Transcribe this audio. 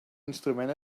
instrument